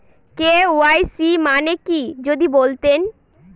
KYC মানে কি যদি বলতেন?